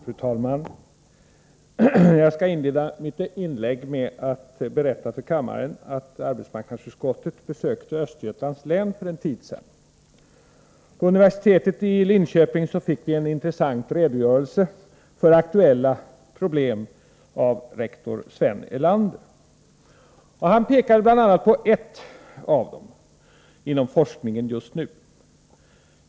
Fru talman! Jag skall inleda mitt inlägg med att berätta för kammaren att arbetsmarknadsutskottet besökte Östergötlands län för en tid sedan. På universitetet i Linköping fick vi en intressant redogörelse för aktuella problem av rektor Sven Erlander. Han pekade bl.a. på ett av problemen inom forskningen just nu.